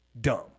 dumb